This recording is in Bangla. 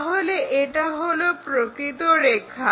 তাহলে এটা হলো প্রকৃত রেখা